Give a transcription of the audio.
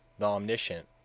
the omniscient,